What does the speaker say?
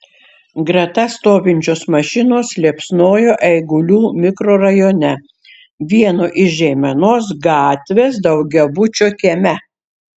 greta stovinčios mašinos liepsnojo eigulių mikrorajone vieno iš žeimenos gatvės daugiabučio kieme